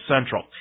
Central